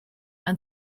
and